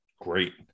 great